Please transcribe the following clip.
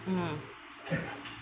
mm